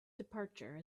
departure